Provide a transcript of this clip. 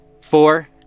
Four